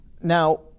now